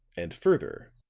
and further,